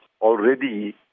already